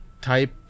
type